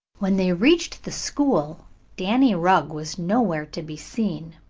when they reached the school danny rugg was nowhere to be seen.